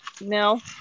no